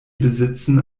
besitzen